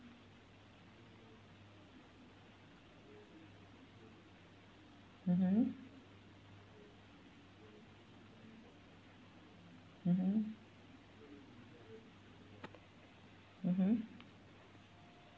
mmhmm mmhmm mmhmm